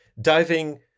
Diving